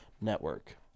Network